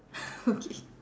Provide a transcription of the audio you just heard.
okay